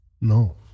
No